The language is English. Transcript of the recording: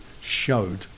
showed